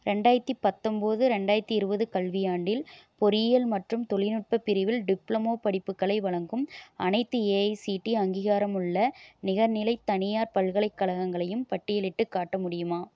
ரெண்டாயிரத்தி பத்தொம்போது ரெண்டாயிரத்தி இருபது கல்வியாண்டில் பொறியியல் மற்றும் தொழில்நுட்ப பிரிவில் டிப்ளமா படிப்புகளை வழங்கும் அனைத்து ஏஐசிடிஇ அங்கீகாரமுள்ள நிகர்நிலை தனியார் பல்கலைக்கழகங்களையும் பட்டியலிட்டுக் காட்ட முடியுமா